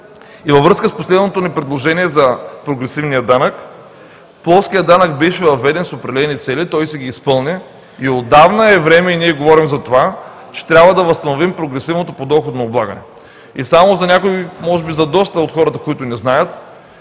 Във връзка с последното ни предложение за прогресивния данък. Плоският данък беше въведен с определени цели и той ги изпълни. Отдавна е време и ние говорим за това, че трябва да възстановим прогресивното подоходно облагане. Само за някои, може би доста от хората не знаят,